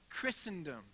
Christendom